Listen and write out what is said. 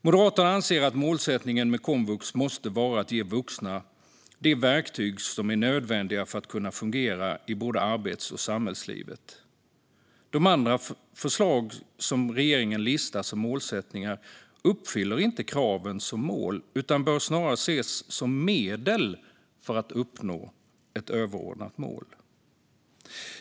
Moderaterna anser att målsättningen med komvux måste vara att ge vuxna de verktyg som är nödvändiga för att kunna fungera i både arbets och samhällslivet. De andra förslag som regeringen listar som målsättningar uppfyller inte kraven för mål utan bör snarare ses som medel för att uppnå ett överordnat mål.